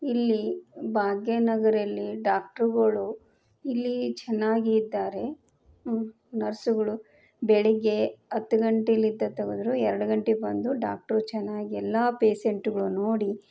ಇಲ್ಲಿ ಭಾಗ್ಯನಗರಿಯಲ್ಲಿ ಡಾಕ್ಟ್ರ್ಗಳು ಇಲ್ಲಿ ಚೆನ್ನಾಗಿದ್ದಾರೆ ನರ್ಸುಗಳು ಬೆಳಗ್ಗೆ ಹತ್ತು ಗಂಟೆಲ್ಲಿತ್ತ ತೆಗೆದ್ರು ಎರಡು ಗಂಟೆ ಬಂದು ಡಾಕ್ಟ್ರು ಚೆನ್ನಾಗಿ ಎಲ್ಲ ಪೇಸೆಂಟುಗಳು ನೋಡಿ